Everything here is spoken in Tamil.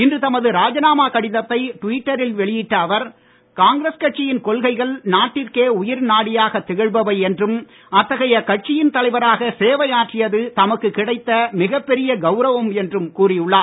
இன்று தமது ராஜினாமா கடிதத்தை டுவிட்டரில் வெளியிட்ட அவர் காங்கிரஸ் கட்சியின் கொள்கைகள் நாட்டிற்கே உயிர் நாடியாக திகழ்பவை என்றும் அத்தகைய கட்சியின் தலைவராக சேவை ஆற்றியது தமக்கு கிடைத்த மிகப் பெரிய கவுரவம் என்றும் கூறி உள்ளார்